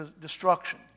destruction